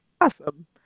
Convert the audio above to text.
awesome